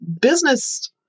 business